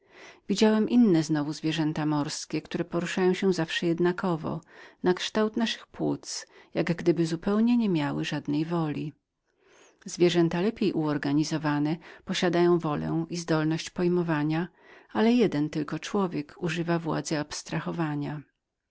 widziałem inne znowu zwierzęta morskie które poruszają się zawsze jednakowo nakształt naszych płuc jak gdyby zupełnie nie miały żadnej woli zwierzęta lepiej uorganizowane posiadają wolę i pewną siłę pojmowania ale sam tylko człowiek używa władzy